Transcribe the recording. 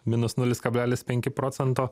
minus nulis kablelis penki procento